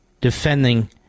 defending